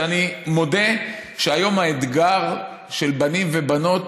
שאני מודה שהיום האתגר של בנים ובנות,